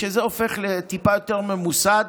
כשזה הופך לטיפה יותר ממוסד